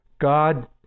God